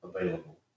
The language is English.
available